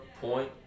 point